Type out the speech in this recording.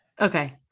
Okay